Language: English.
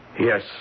Yes